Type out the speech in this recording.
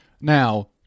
Now